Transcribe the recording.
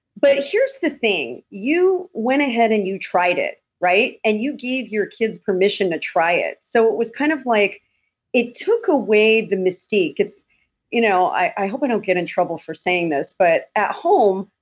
but here's the thing. you went ahead and you tried it, right? and you gave your kids permission to try it. so it was kind of like it took away the mystique. you know i i hope i don't get in trouble for saying this, but at home,